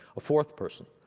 a fourth person,